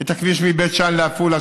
את הכביש מבית שאן לעפולה,